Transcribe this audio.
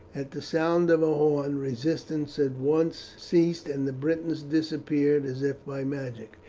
at the sound of a horn, resistance at once ceased, and the britons disappeared as if by magic.